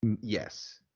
yes